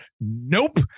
nope